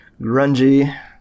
grungy